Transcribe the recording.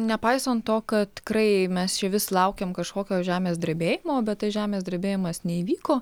nepaisant to kad tikrai mes čia vis laukiam kažkokio žemės drebėjimo bet tai žemės drebėjimas neįvyko